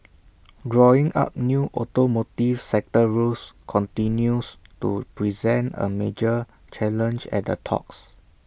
drawing up new automotive sector rules continues to present A major challenge at the talks